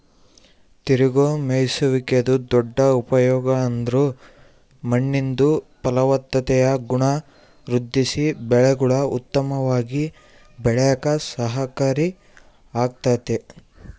ತಿರುಗೋ ಮೇಯ್ಸುವಿಕೆದು ದೊಡ್ಡ ಉಪಯೋಗ ಅಂದ್ರ ಮಣ್ಣಿಂದು ಫಲವತ್ತತೆಯ ಗುಣ ವೃದ್ಧಿಸಿ ಬೆಳೆಗುಳು ಉತ್ತಮವಾಗಿ ಬೆಳ್ಯೇಕ ಸಹಕಾರಿ ಆಗ್ತತೆ